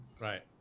Right